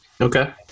Okay